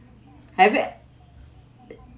have you